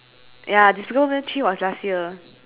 ya despicable me three was last year